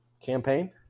campaign